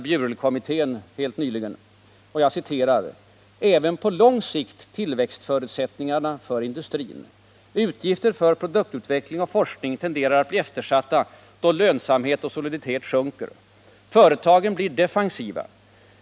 Bjurelkommittén helt nyligen — ”även på lång sikt tillväxtförutsättningarna för industrin. Utgifter för produktutveckling och forskning tenderar att bli eftersatta då lönsamhet och soliditet sjunker. Företagen blir defensiva.